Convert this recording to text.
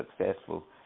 successful